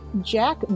Jack